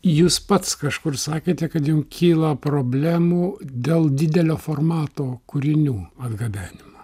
jūs pats kažkur sakėte kad jum kyla problemų dėl didelio formato kūrinių atgabenimo